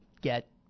get